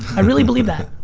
i really believe that.